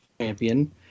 Champion